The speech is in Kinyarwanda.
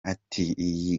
atiiyi